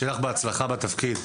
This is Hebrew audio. שיהיה לך בהצלחה בתפקיד.